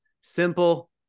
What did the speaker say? Simple